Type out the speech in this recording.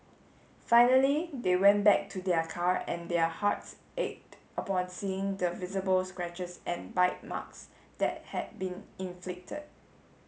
finally they went back to their car and their hearts ached upon seeing the visible scratches and bite marks that had been inflicted